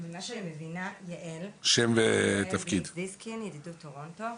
יעל בליץ זיסקין מידידות טורונטו.